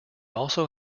also